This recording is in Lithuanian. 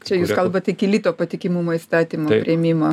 čia jūs kalbat iki lito patikimumo įstatymo priėmimo